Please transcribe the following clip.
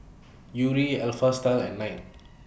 Yuri Alpha Style and Knight